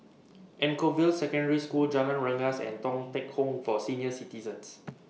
Anchorvale Secondary School Jalan Rengas and Thong Teck Home For Senior Citizens